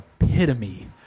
epitome